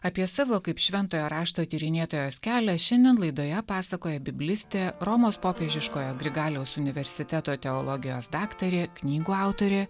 apie savo kaip šventojo rašto tyrinėtojos kelią šiandien laidoje pasakoja biblistė romos popiežiškojo grigaliaus universiteto teologijos daktarė knygų autorė